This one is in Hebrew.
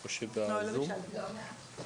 (בזום) שלום.